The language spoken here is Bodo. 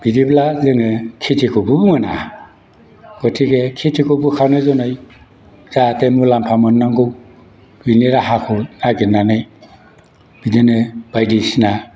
बिदिब्ला जोङो खेतिखौबो मोना गतिके खेतिखौ बोखानो दिनै जाहाथे मुलाम्फा मोननांगौ बिनि राहाखौ नागिरनानै बिदिनो बायदिसिना